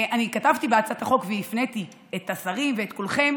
כתבתי בהצעת החוק והפניתי את השרים ואת כולכם